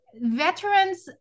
veterans